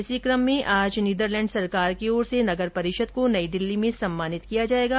इस क्रम में आज नीदरलैण्ड सरकार की ओर से नगरपरिषद को नई दिल्ली में सम्मानित किया जाएगा